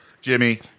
Jimmy